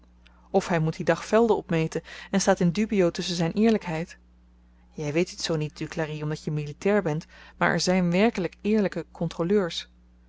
of hy moet dien dag velden opmeten en staat in dubio tusschen zyn eerlykheid jy weet dit zoo niet duclari omdat je militair bent maar er zyn werkelyk eerlyke kontroleurs